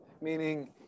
meaning